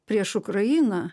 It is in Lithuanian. prieš ukrainą